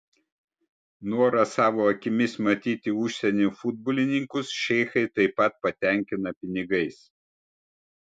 norą savo akimis matyti užsienio futbolininkus šeichai taip pat patenkina pinigais